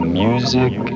music